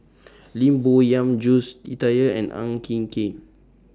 Lim Bo Yam Jules Itier and Ang Hin Kee